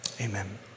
amen